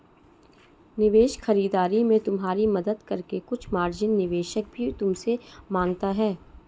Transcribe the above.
निवेश खरीदारी में तुम्हारी मदद करके कुछ मार्जिन निवेशक भी तुमसे माँगता है